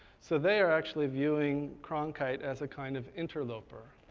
so they are actually viewing cronkite as a kind of interloper,